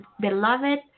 beloved